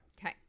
Okay